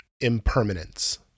Impermanence